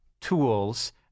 tools